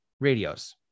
radios